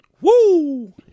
Woo